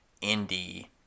Indy